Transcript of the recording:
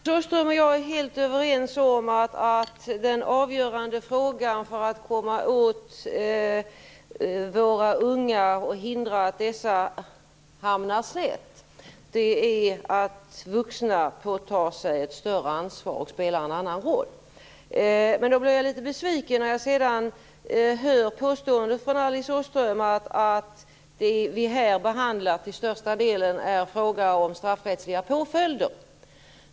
Fru talman! Alice Åström och jag är helt överens om att den avgörande frågan för att komma åt våra unga och hindra att de hamnar snett handlar om att vuxna får ta ett större ansvar och spela en annan roll. Men jag blir litet besviken när jag sedan hör påståendet från Alice Åström att det vi här behandlar till största delen är frågor om straffrättsliga påföljder.